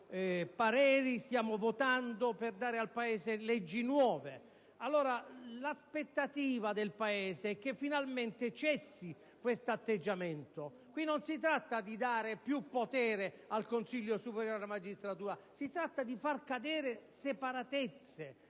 stiamo formulando pareri, stiamo votando per dare al Paese leggi nuove. L'aspettativa del Paese è che finalmente cessi questo atteggiamento. Qui non si tratta di dare più potere al Consiglio superiore della magistratura ma di far cadere separatezze,